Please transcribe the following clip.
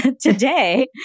Today